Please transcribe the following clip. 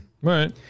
Right